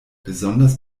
besonders